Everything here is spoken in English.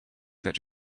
that